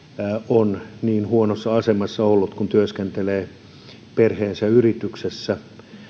on niin huonossa asemassa ollut kun työskentelee perheensä yrityksessä